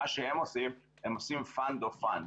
הם עושים Fund of funds.